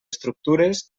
estructures